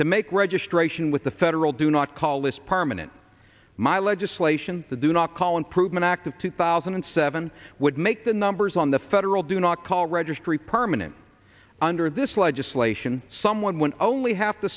to make registration with the federal do not call list permanent my legislation the do not call improvement act of two thousand and seven would make the numbers on the federal do not call registry permanent under this legislation someone would only have to